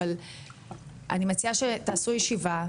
אבל אני מציעה שתעשו ישיבה,